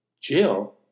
Jill